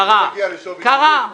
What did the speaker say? קרה.